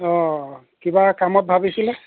অ কিবা কামত ভাবিছিলে